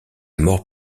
mort